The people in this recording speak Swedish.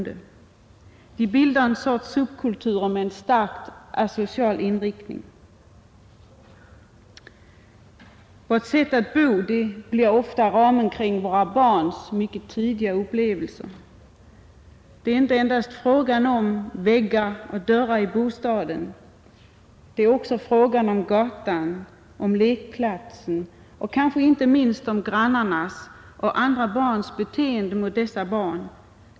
De bildar subkulturer med en starkt asocial inriktning.” Vårt sätt att bo blir ramen kring våra barns tidiga upplevelser. Det är inte endast fråga om väggar och dörrar i bostaden. Det är också fråga om gatan, lekplatsen och inte minst grannarnas och andra barns beteende mot dessa barn.